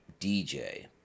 DJ